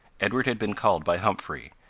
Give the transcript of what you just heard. edward had been called by humphrey,